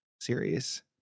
series